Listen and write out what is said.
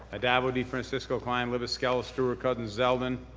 addabbo, defrancisco, klein, libous, skelos, stewart-cousins, zeldin.